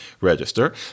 register